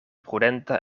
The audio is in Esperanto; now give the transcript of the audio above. prudenta